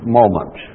moment